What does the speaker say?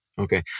Okay